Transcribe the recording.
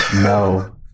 No